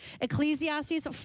Ecclesiastes